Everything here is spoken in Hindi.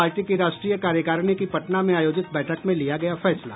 पार्टी की राष्ट्रीय कार्यकारिणी की पटना में आयोजित बैठक में लिया गया फैसला